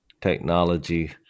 technology